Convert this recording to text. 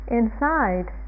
inside